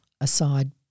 aside